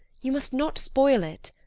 you must not spoil it.